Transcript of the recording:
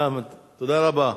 תודה רבה.